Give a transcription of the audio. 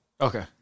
Okay